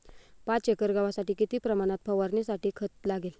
पाच एकर गव्हासाठी किती प्रमाणात फवारणीसाठी खत लागेल?